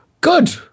Good